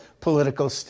political